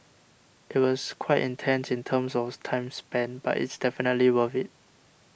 it was quite intense in terms of time spent but it's definitely worth it